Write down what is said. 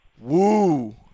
Woo